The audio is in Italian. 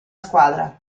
squadra